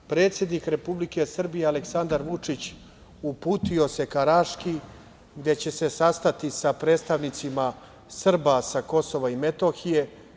Predsednik Republike Srbije, Aleksandra Vučić uputio se ka Raški gde će se sastati sa predstavnicima Srba sa Kosova i Metohije.